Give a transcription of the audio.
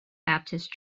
baptist